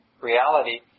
reality